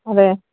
അതെ